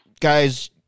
guys